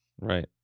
Right